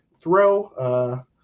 throw